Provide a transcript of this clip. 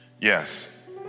Yes